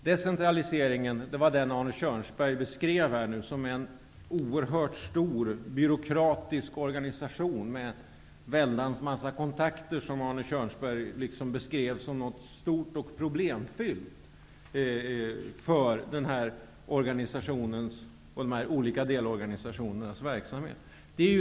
Arne Kjörnsberg beskrev tidigare denna decentralisering som en oerhört stor byråkratisk organisation, med en väldans massa kontakter, som något stort och för organisationens och de olika delorganisationernas verksamhet problemfyllt.